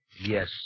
Yes